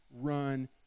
run